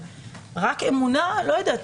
רק אמונה, אני לא יודעת.